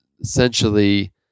essentially